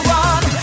one